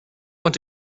want